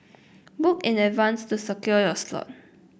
book in advance to secure your slot